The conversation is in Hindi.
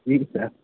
जी सर